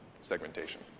segmentation